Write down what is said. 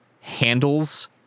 handles